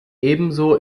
ebenso